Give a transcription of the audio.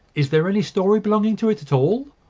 is there any story belonging to it at all?